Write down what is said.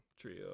trio